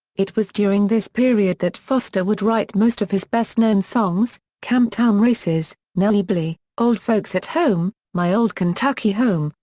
it was during this period that foster would write most of his best-known songs camptown races, nelly bly, old folks at home, my old kentucky home,